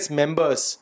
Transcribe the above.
members